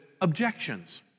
Objections